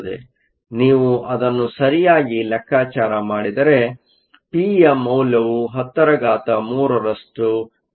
ಆದ್ದರಿಂದ ನೀವು ಅದನ್ನು ಸರಿಯಾಗಿ ಲೆಕ್ಕಾಚಾರ ಮಾಡಿದರೆ ಪಿಯ ಮೌಲ್ಯವು 103 ರಷ್ಟು ಪಡೆಯುತ್ತೇವೆ